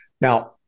Now